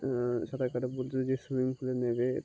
সাঁতার কাটা বলতে যে সুইমিং পুলে নেবে